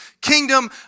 kingdom